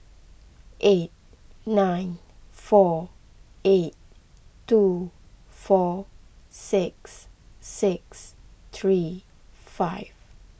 eight nine four eight two four six six three five